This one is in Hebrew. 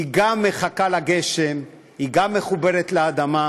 היא גם מחכה לגשם, היא גם מחוברת לאדמה,